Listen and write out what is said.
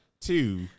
two